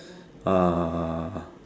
ah